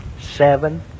Seven